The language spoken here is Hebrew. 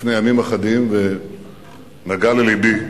לפני ימים אחדים ונגע ללבי.